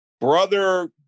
brother